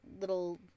little